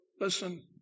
listen